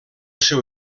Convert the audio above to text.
seu